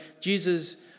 Jesus